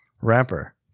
rapper